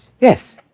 Yes